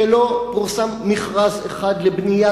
שבתקופת ממשלת נתניהו לא פורסם מכרז אחד לבנייה,